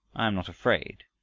i am not afraid.